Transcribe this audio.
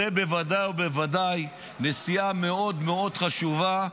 זה בוודאי ובוודאי נסיעה מאוד מאוד חשובה,